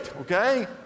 okay